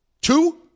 two